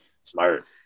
Smart